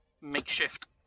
makeshift